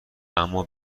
اما